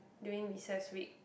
during recess week